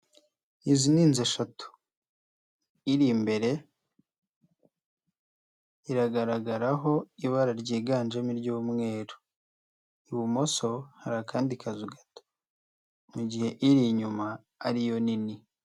Izi ni inzu eshatu. Iri imbere iragaragaraho ibara ryiganjemo iry'umweru. Ibumoso hari akandi kazu gato. Mu gihe iri inyuma ari yo nini.